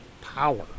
power